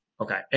Okay